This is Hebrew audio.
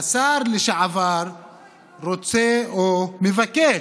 השר לשעבר רוצה, או מבקש,